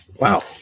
Wow